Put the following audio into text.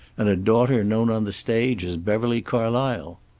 and a daughter known on the stage as beverly carlysle.